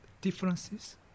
differences